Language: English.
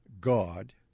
God